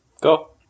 Go